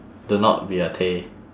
do not be a tay